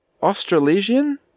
Australasian